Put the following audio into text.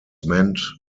meant